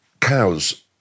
cows